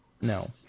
No